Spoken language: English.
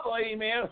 Amen